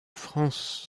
france